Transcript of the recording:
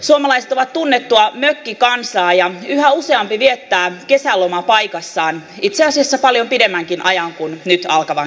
suomalaiset ovat tunnettua mökkikansaa ja yhä useampi viettää kesälomapaikassaan itse asiassa paljon pidemmänkin ajan kuin nyt alkavan kesäkauden